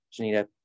Janita